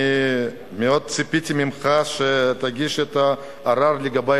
אני מאוד ציפיתי ממך שתגיש ערר לגבי